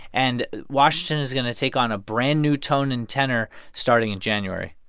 and washington is going to take on a brand-new tone and tenor starting in january